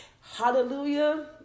hallelujah